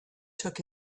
took